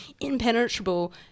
impenetrable